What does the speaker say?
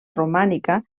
romànica